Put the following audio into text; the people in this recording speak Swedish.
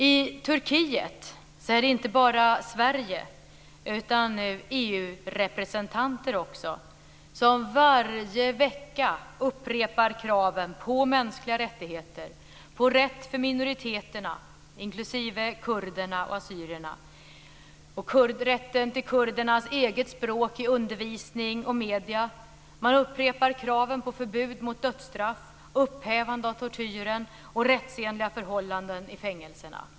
I Turkiet är det inte bara Sverige utan också EU representanter som varje vecka upprepar kraven på mänskliga rättigheter, rätt för minoriteterna inklusive kurderna och assyrierna, rätten för kurderna till eget språk i undervisning och medier. Man upprepar kraven på förbud mot dödsstraff, upphävande av tortyren och rättsenliga förhållanden i fängelserna.